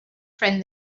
friend